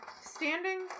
Standing